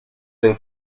toda